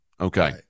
okay